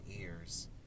ears